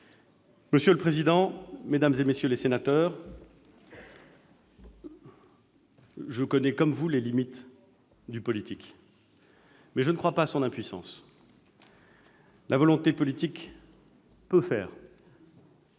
Monsieur le président, mesdames, messieurs les sénateurs, je connais comme vous les limites du politique, mais je ne crois pas à son impuissance. Je sais ce que peut la